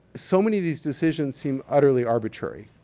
so many of these decisions seemed utterly arbitrary.